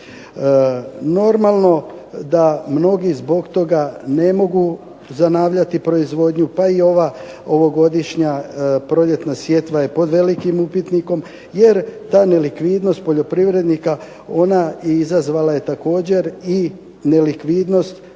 Normalno da mnogi zbog toga ne mogu zanavljati proizvodnju pa i ova ovogodišnja proljetna sjetva je pod velikim upitnikom jer tamo likvidnost poljoprivrednika ona izazvala je također i nelikvidnost